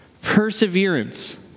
Perseverance